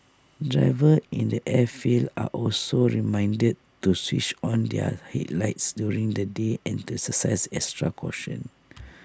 drivers in the airfields are also reminded to switch on their headlights during the day and to exercise extra caution